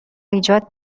ایجاد